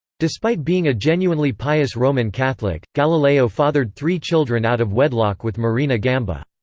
despite being a genuinely pious roman catholic, galileo fathered three children out of wedlock with marina gamba.